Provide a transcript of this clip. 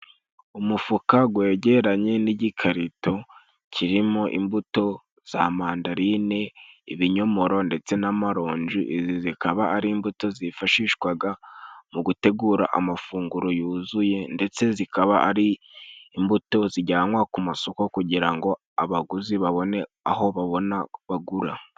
Umufuka gwegeranye n'igikarito kirimo imbuto za Mandaline, ibinyomoro ndetse n'amaronji, izi zikaba ari imbuto zifashishwaga mu gutegura amafunguro yuzuye, ndetse zikaba ari imbuto zijyanwa ku masoko kugira ngo abaguzi babone aho babona bagura.